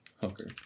Hooker